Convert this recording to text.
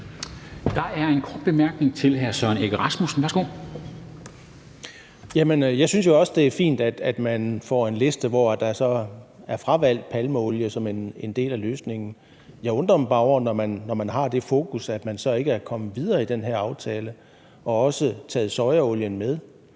Rasmussen. Værsgo. Kl. 10:17 Søren Egge Rasmussen (EL): Jeg synes jo også, det er fint, at man får en liste, hvor palmeolie er fravalgt som en del af løsningen. Jeg undrer mig bare over, at man, når man har det fokus, så ikke er kommet videre i den her aftale og også har taget sojaolien med.